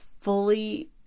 fully